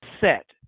set